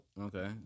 Okay